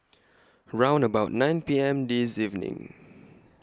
round about nine P M This evening